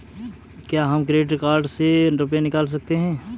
क्या हम credit card से रुपये निकाल सकते हैं?